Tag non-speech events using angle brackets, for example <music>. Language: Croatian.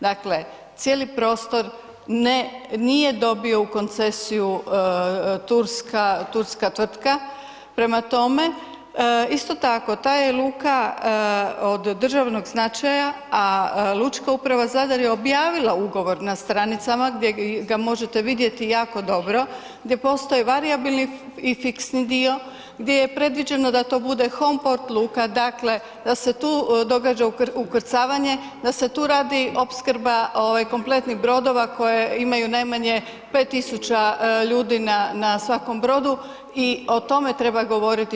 Dakle, cijeli prostor nije dobio u koncesiju turska tvrtka, prema tome, isto tako ta je luka od državnog značaja, a lučka uprav Zadar je objavila ugovor na stranicama, gdje ga možete vidjeti jako dobro, gdje postoje varijabilni i fiksni dio, gdje je predviđeno da to bude … <unintelligible> luka, dakle, da se tu događa ukrcavanje, da se tu radi opskrba kompletnih brodova, koje imaju najmanje 5000 ljudi na svakom brodu i o tome treba govoriti.